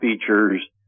features